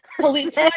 police